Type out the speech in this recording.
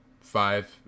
five